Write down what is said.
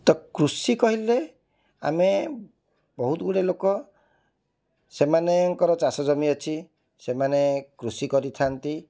ତ କୃଷି କହିଲେ ଆମେ ବହୁତ ଗୁଡ଼ିଏ ଲୋକ ସେମାନଙ୍କର ଚାଷଜମି ଅଛି ସେମାନେ କୃଷି କରିଥାନ୍ତି